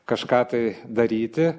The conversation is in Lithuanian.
kažką tai daryti